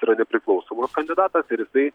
yra nepriklausomas kandidatas ir jisai